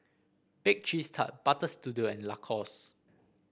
Bake Cheese Tart Butter Studio and Lacoste